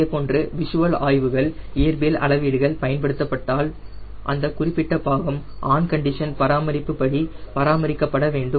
இதேபோன்று விஷுவல் ஆய்வுகள் இயற்பியல் அளவீடுகள் பயன்படுத்தப்பட்டால் அந்த குறிப்பிட்ட பாகம் ஆன் கண்டிஷன் பராமரிப்பின் படி பராமரிக்கப்பட வேண்டும்